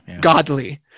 godly